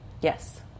Yes